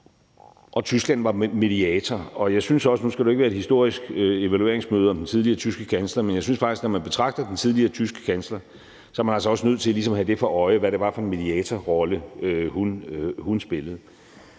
og Tyskland var mediator. Og nu skal det jo ikke være et historisk evalueringsmøde om den tidligere tyske kansler, men jeg synes faktisk også, at når man betragter den tidligere tyske kansler, er man altså også nødt til ligesom at have for øje, hvad det var for en mediatorrolle, hun spillede.